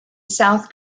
south